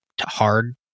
hard